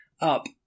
up